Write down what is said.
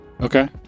okay